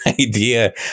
idea